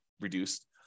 reduced